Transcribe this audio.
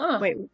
Wait